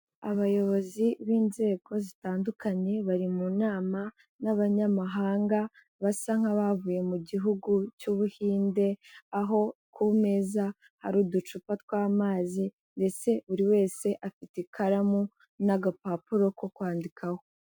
Abayobozi b'inzego zitandukanye bari mu nama n'abanyamahanga basa nk'abavuye mu gihugu cy'u Buhinde, aho ku meza hari uducupa tw'amazi mbese buri wese afite ikaramu n'agapapuro ko kwandikaho.